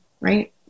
right